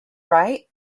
right